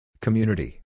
Community